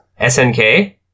SNK